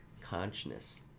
Consciousness